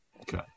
Okay